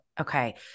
Okay